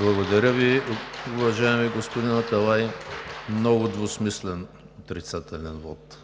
Благодаря Ви, уважаеми господин Аталай. Много двусмислен отрицателен вот.